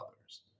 others